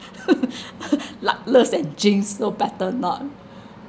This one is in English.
luckless and jinx so better not